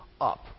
up